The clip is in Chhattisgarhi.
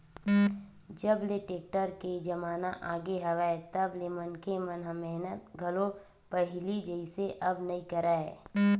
जब ले टेक्टर के जमाना आगे हवय तब ले मनखे मन ह मेहनत घलो पहिली जइसे अब नइ करय